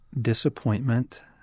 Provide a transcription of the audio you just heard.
disappointment